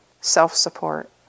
self-support